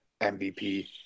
MVP